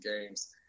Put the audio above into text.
games